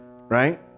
right